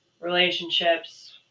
relationships